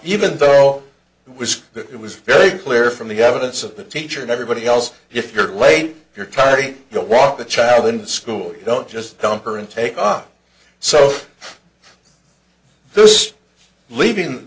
even though it was it was very clear from the evidence of the teacher and everybody else if you're late you're tyree you know walk the child in school don't just dump her and take up so this leaving